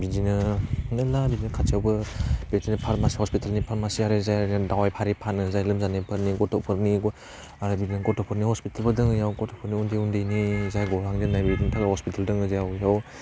बिदिनो नोंना बिदिनो खाथियावबो बेथिं फारमासि हस्पिटालनि फारमासिया रोजा रोजा दवाइ फानो जाय लोमजानायफोरनि गथ'फोरनि आरो बिदिनो गथ'फोरनि हस्पिटालबो दङ बियाव गथ'फोरनि उन्दै उन्दैनि जाय गलांजेन्नाय बेनि थाखाय हस्पिटाल दङ बियाव